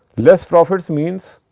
less profits means